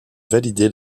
valider